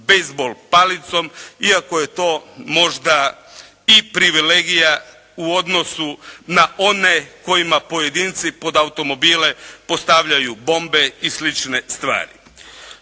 baseball palicom, iako je to možda i privilegija u odnosu na one kojima pojedinci pod automobile postavljaju bombe i slične stvari.